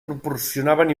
proporcionaven